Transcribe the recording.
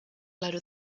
louder